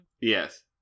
Yes